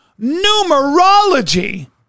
numerology